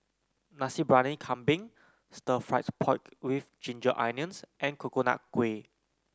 Nasi Briyani Kambing Stir Fried Pork with Ginger Onions and Coconut Kuih